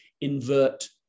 Invert